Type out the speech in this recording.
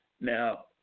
Now